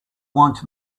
want